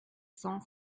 cents